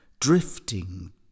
Drifting